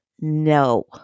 No